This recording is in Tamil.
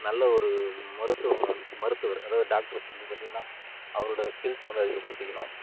நல்ல ஒரு மருத்துவம் மருத்துவர் அதாவது டாக்டர்ஸ் வந்து பார்த்திங்கன்னா அவரோட ஸ்கில்ஸை வந்து அதிகப்படுத்திக்கணும்